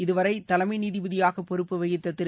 இதுவரை தலைமை நீதிபதியாக பொறுப்பு வகித்த திரு